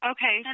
Okay